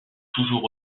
toujours